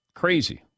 Crazy